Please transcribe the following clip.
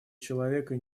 человека